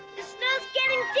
the snow's getting